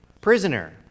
prisoner